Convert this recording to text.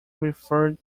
referred